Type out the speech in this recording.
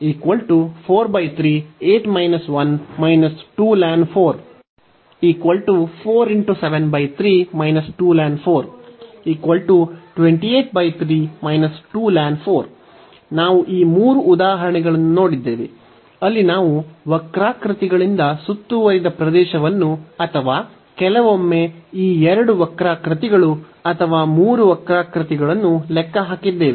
ನಾವು ಈ 3 ಉದಾಹರಣೆಗಳನ್ನು ನೋಡಿದ್ದೇವೆ ಅಲ್ಲಿ ನಾವು ವಕ್ರಾಕೃತಿಗಳಿಂದ ಸುತ್ತುವರಿದ ಪ್ರದೇಶವನ್ನು ಅಥವಾ ಕೆಲವೊಮ್ಮೆ ಈ ಎರಡು ವಕ್ರಾಕೃತಿಗಳು ಅಥವಾ ಮೂರು ವಕ್ರಾಕೃತಿಗಳನ್ನು ಲೆಕ್ಕ ಹಾಕಿದ್ದೇವೆ